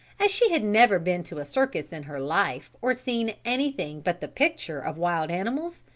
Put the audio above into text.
as she had never been to a circus in her life or seen anything but the picture of wild animals,